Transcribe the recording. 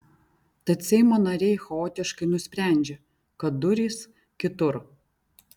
tad seimo nariai chaotiškai nusprendžia kad durys kitur